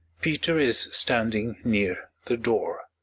peter is standing near the door.